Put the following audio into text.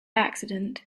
accident